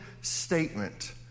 statement